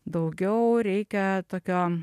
daugiau reikia tokio